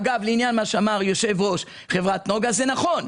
אגב, לעניין מה שאמר יושב-ראש חברת נגה, זה נכון,